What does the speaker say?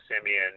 Simeon